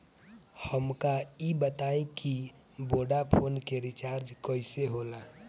हमका ई बताई कि वोडाफोन के रिचार्ज कईसे होला?